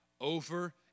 Over